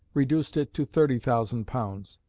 reduced it to thirty thousand pounds.